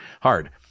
hard